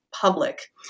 public